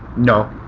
no.